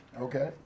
Okay